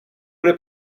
bude